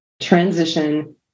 transition